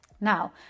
Now